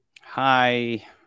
Hi